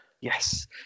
Yes